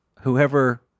whoever